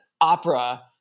opera